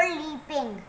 leaping